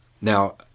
Now